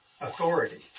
authority